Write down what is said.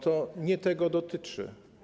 To nie tego dotyczy.